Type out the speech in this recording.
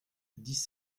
dix